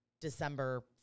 December